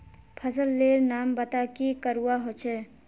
फसल लेर नाम बता की करवा होचे?